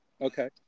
Okay